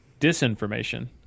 disinformation